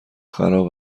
خراب